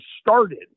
started